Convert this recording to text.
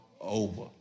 over